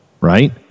right